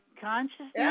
Consciousness